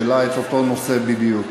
שהעלה את אותו נושא בדיוק.